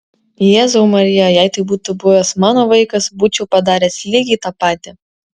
jėzau marija jei tai būtų buvęs mano vaikas būčiau padaręs lygiai tą patį